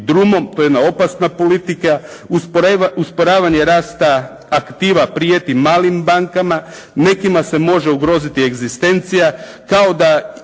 drumom. To je jedna opasna politika. Usporavanje rasta aktiva prijeti malim bankama. Nekima se može ugroziti egzistencija kao da